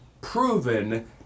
proven